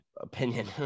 opinion